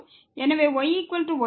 எனவே yy0